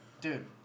Dude